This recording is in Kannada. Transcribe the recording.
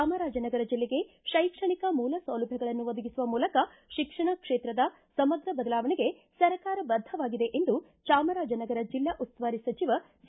ಚಾಮರಾಜನಗರ ಜಿಲ್ಲೆಗೆ ಶೈಕ್ಷಣಿಕ ಮೂಲ ಸೌಲಭ್ವಗಳನ್ನು ಒದಗಿಸುವ ಮೂಲಕ ಶಿಕ್ಷಣ ಕ್ಷೇತ್ರದ ಸಮಗ್ರ ಬದಲಾವಣೆಗೆ ಸರ್ಕಾರ ಬದ್ದವಾಗಿದೆ ಎಂದು ಚಾಮರಾಜನಗರ ಜಿಲ್ಲಾ ಉಸ್ತುವಾರಿ ಸಚಿವ ಸಿ